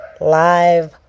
live